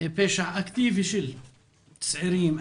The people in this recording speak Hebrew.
פשע אקטיבי של צעירים,